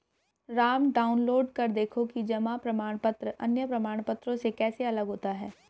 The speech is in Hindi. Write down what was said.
राम डाउनलोड कर देखो कि जमा प्रमाण पत्र अन्य प्रमाण पत्रों से कैसे अलग होता है?